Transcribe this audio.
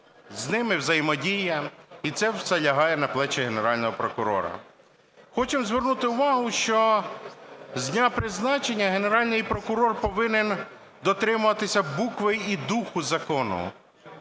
з ними взаємодія. І це все лягає на плечі Генерального прокурора. Хочемо звернути увагу, що з дня призначення Генеральний прокурор повинен дотримуватися букви і духу закону,